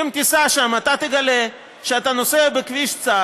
אם תיסע שם אתה תגלה שאתה נוסע בכביש צר